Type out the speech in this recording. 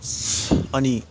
अनि